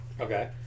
Okay